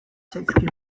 zaizkio